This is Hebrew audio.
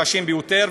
קשות ביותר,